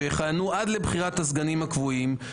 שיכהנו עד לבחירת הסגנים הקבועים,